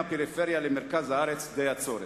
בתחום הבריאות בין הפריפריה למרכז הארץ די הצורך.